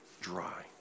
dry